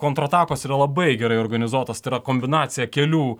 kontratakos yra labai gerai organizuotos tai yra kombinacija kelių